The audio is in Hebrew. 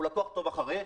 הוא לקוח טוב אחרי,